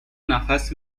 نفس